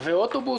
אוטובוס,